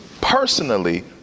personally